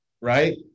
right